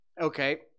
Okay